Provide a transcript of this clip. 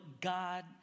God